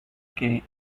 que